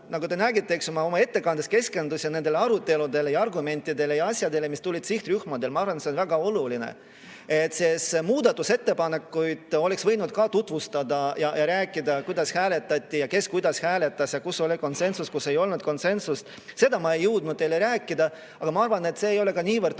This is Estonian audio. nagu te nägite, ma oma ettekandes keskendusin nendele aruteludele ja argumentidele ja asjadele, mis tulid sihtrühmadelt. Ma arvan, et see on väga oluline. Muudatusettepanekuid oleks võinud ka tutvustada ning rääkida sellest, kuidas hääletati, kes kuidas hääletas, kus oli konsensus ja kus ei olnud konsensust. Seda ma ei jõudnud teile rääkida, aga ma arvan, et see ei ole ka nii oluline,